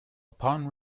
upon